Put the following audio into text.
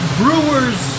brewers